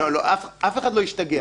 רק לסכם את הנושא הזה,